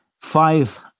five